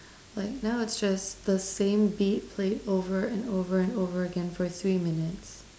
like now it's just the same beat played over and over and over again for three minutes